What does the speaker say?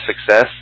success